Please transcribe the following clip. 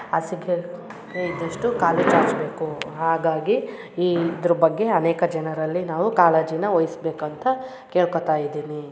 ಹಾಸಿಗೆ ಇದ್ದಷ್ಟು ಕಾಲು ಚಾಚಬೇಕು ಹಾಗಾಗಿ ಈ ಇದ್ರ ಬಗ್ಗೆ ಅನೇಕ ಜನರಲ್ಲಿ ನಾವು ಕಾಳಜಿನ ವಹಿಸ್ಬೇಕಂತ ಕೇಳ್ಕೊತಾ ಇದ್ದೀನಿ